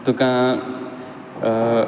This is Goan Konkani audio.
तुका